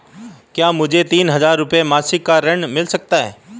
क्या मुझे तीन हज़ार रूपये मासिक का ऋण मिल सकता है?